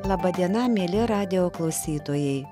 laba diena mieli radijo klausytojai